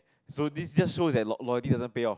so this just shows that lo~ loyalty doesn't pay off